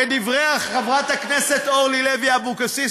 כדברי חברת הכנסת אורלי לוי אבקסיס,